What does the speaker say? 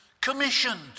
commissioned